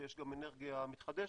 שיש גם אנרגיה מתחדשת,